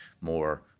more